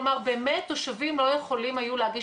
כלומר באמת תושבים לא יכולים היו להגיש